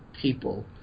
people